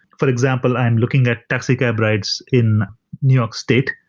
for example i am looking at taxi cab rides in new york state,